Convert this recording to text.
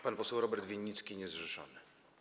Pan poseł Robert Winnicki, niezrzeszony.